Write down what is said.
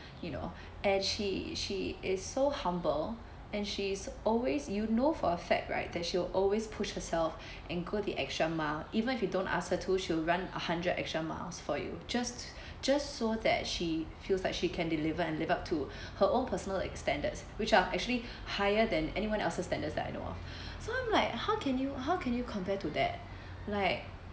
you know and she she is so humble and she's always you know for a fact right that she will always push herself and go the extra mile even if you don't ask her to she will run a hundred extra miles for you just just so that she feels like she can deliver and live up to her own personal like standards which are actually higher than anyone else's standards that I know of so I'm like how can you how can you compare to that like